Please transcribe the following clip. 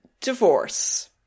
Divorce